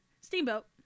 steamboat